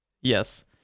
Yes